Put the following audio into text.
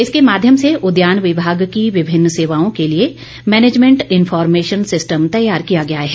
इसके माध्यम से उद्यान विभाग की विभिन्न सेवाओं के लिए मैनेजमेंट इन्फार्मेशन सिस्टम तैयार किया गया है